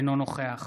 אינו נוכח